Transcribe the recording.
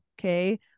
Okay